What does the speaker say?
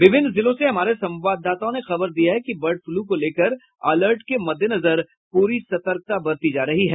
विभिन्न जिलों से हमारे संवाददाताओं ने खबर दी है कि बर्ड फ्लू को लेकर अलर्ट के मद्देनजर पूरी सतर्कता बरती जा रही है